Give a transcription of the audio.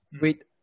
wait